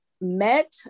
met